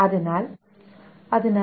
അതിനാൽ t1